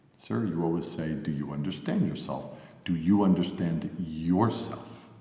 sir, you always say do you understand yourself do you understand yourself!